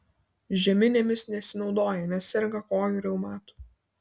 žeminėmis nesinaudoja nes serga kojų reumatu